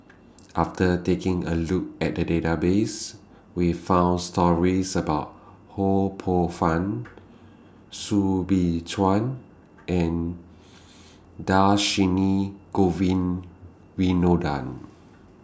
after taking A Look At The Database We found stories about Ho Poh Fun Soo Bin Chua and Dhershini Govin Winodan